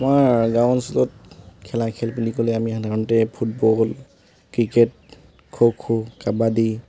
মই গাঁও অঞ্চলত খেলা খেল বুলি ক'লে আমি সাধাৰণতে ফুটবল ক্ৰিকেট খ' খ' কাবাডী